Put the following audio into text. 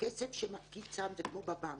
כסף שמפקידים - זה כמו בנק,